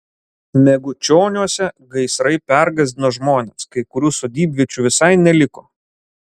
megučioniuose gaisrai pergąsdino žmones kai kurių sodybviečių visai neliko